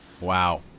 Wow